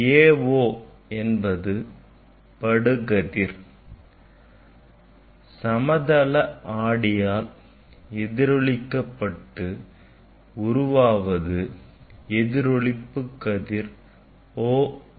AO படுகதிர் சமதள ஆடியால் எதிரொளிக்கப்பட்டு உருவாவது எதிரொளிப்பு கதிர் OB